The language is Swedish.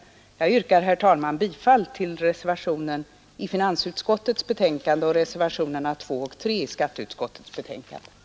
Jag yrkar, herr talman, bifall till reservationen vid finansutskottets betänkande nr 15 och till reservationerna 2 och 3 vid skatteutskottets betänkande nr 16.